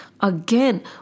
again